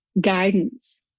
guidance